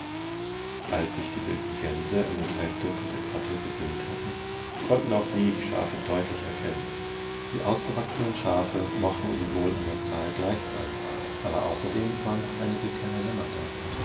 als sich die wilden gänse an das halbdunkel der grotte gewöhnt hatten konnten auch sie die schafe deutlich erkennen die ausgewachsenen schafe mochten ihnen wohl an zahl gleich sein aber außerdem waren noch einige kleine lämmer da